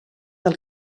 del